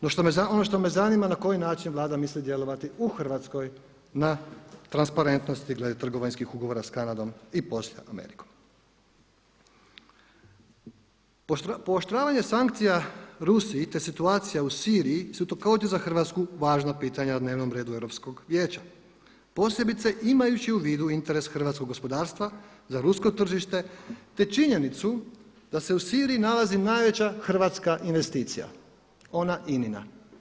No, ono što me zanima na koji način Vlada misli djelovati u Hrvatskoj na transparentnosti glede trgovinskih ugovora sa Kanadom i … Pooštravanje sankcija Rusiji, te situacija u Siriji su također za Hrvatsku važna pitanja na dnevnom redu Europskog vijeća posebice imajući u vidu interes hrvatskog gospodarstva za rusko tržište, te činjenicu da se u Siriji nalazi najveća hrvatska investicija – ona INA-ina.